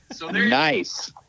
Nice